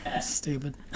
Stupid